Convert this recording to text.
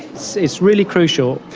it's really crucial.